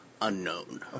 Unknown